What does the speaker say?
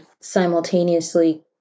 simultaneously